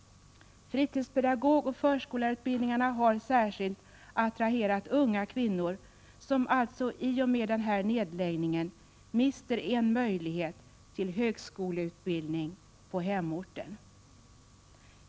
Fritidspedagogoch förskollärarutbildningarna har särskilt attraherat unga kvinnor, som alltså i och med den här nedläggningen mister en möjlighet till högskoleutbildning på hemorten.